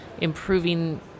improving